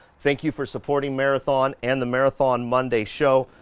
thank you for supporting marathon and the marathon monday show,